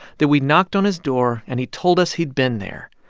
that we knocked on his door and he told us he'd been there,